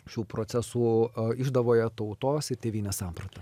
šių procesų a išdavoje tautos ir tėvynės samprata